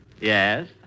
Yes